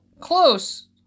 close